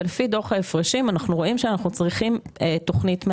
ולפי דוח ההפרשים אנחנו רואים שאנחנו צריכים תוכנית מאזנת.